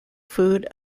food